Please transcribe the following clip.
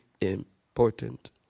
important